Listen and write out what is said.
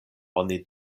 oni